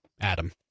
Adam